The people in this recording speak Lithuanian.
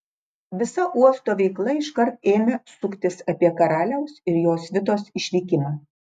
visa uosto veikla iškart ėmė suktis apie karaliaus ir jo svitos išvykimą